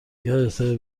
یادته